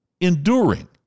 enduring